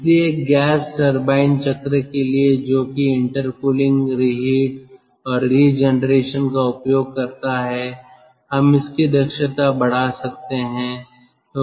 इसलिए एक gas turbine चक्र के लिए जो कि इंटरकुलिंग रीहीट और रीजनरेशन का उपयोग करता है हम इसकी दक्षता बढ़ा सकते हैं